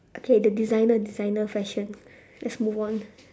okay the designer designer fashion let's move on